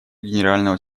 генерального